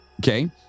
Okay